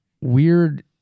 weird